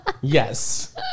Yes